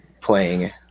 playing